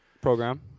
program